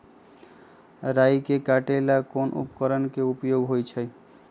राई के काटे ला कोंन उपकरण के उपयोग होइ छई?